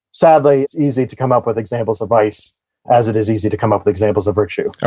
sadly, it's easy to come up with examples of vice as it is easy to come up with examples of virtue